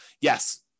yes